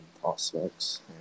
prospects